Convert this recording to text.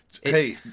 Hey